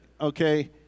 okay